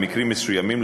במקרים מסוימים,